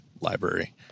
library